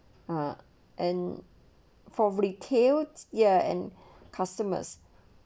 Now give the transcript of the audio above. uh and for retail ya and customers